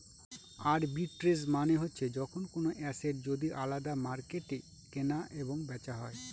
arbitrage মানে হচ্ছে যখন কোনো এসেট যদি আলাদা মার্কেটে কেনা এবং বেচা হয়